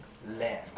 lab